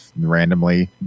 randomly